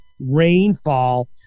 rainfall